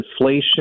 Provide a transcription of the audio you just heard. inflation